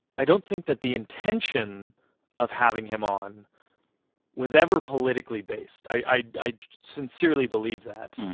i don't think that the intention of having him on was ever politically based. i i sincerely believe that.